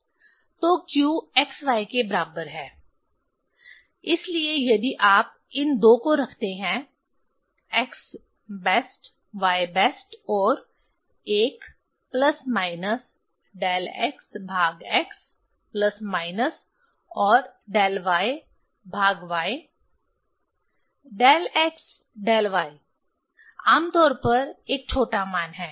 तो q x y के बराबर है इसलिए यदि आप इन दो को रखते हैं x बेस्ट y बेस्ट और 1 प्लस माइनस डेल x भाग x प्लस माइनस और डेल y भाग y del x del y आमतौर पर एक छोटा मान हैं